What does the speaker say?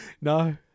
No